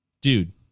Dude